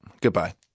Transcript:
Goodbye